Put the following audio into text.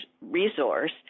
resource